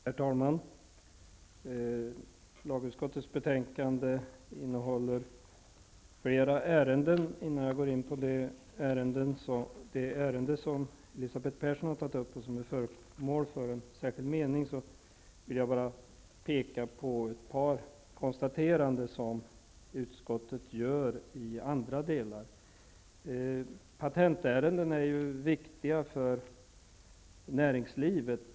Herr talman! Lagutskottets betänkande 20 behandlar flera ärenden. Innan jag går in på det ärende som Elisabeth Persson har tagit upp, och som är föremål för en särskild meningsyttring, vill jag beröra ett par konstateranden som utskottet gör i andra delar. Patentärenden är viktiga för näringslivet.